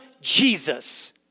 Jesus